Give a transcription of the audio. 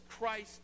Christ